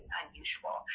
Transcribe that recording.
unusual